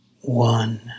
one